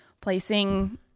placing